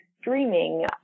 streaming